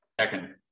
Second